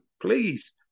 please